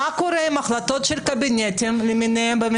מה קורה עם החלטות של קבינטים בממשלה?